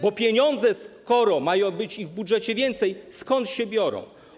Bo pieniądze, skoro ma być ich w budżecie więcej, skądś się biorą.